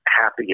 Happy